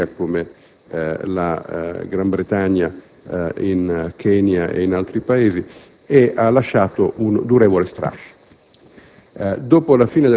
in Algeria, la Gran Bretagna in Kenya e in altri Paesi) e che ha lasciato un durevole strascico.